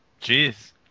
Jeez